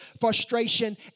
frustration